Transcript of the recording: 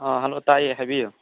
ꯑꯥ hello ꯇꯥꯏꯌꯦ ꯍꯥꯏꯕꯤꯌꯨ